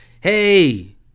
Hey